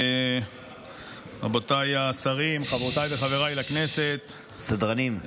רבותיי השרים, חברותיי וחבריי לכנסת סדרנים.